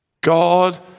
God